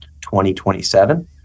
2027